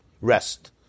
Rest